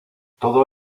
todo